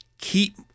keep